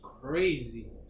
crazy